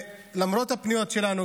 למרות הפניות שלנו,